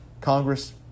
Congress